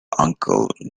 uncle